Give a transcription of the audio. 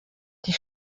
die